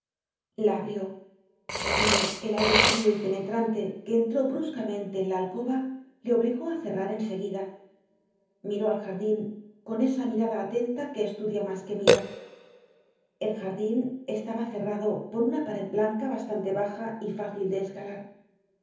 la abrió pero el aire frio y penetrante que entró bruscamente en la alcoba le obligó á cerrar en seguida miró al jardin con esa mirada atenta que estudia mas que mira el jardin estaba cerrado por una pared blanca bastante baja y fácil de escalar mas